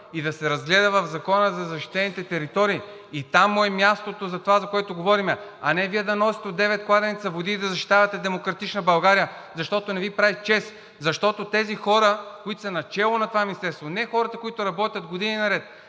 и да се разгледа в Закона за защитените територии и там му е мястото за това, за което говорим, а не Вие да носите от девет кладенеца вода и да защитавате „Демократична България“, защото не Ви прави чест. Защото тези хора, които са начело на това министерство, не хората, които работят години наред,